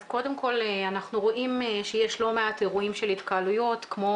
אז קודם כל אנחנו רואים שיש לא מעט אירועים של התקהלויות כמו